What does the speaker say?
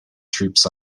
troops